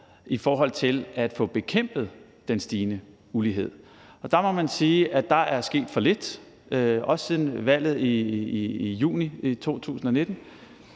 i forhold til at få bekæmpet den stigende ulighed. Og der må man sige, at der er sket for lidt, også siden valget i juni 2019.